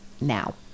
now